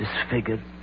Disfigured